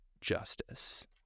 justice